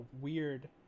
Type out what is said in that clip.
weird